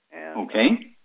Okay